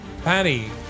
Patty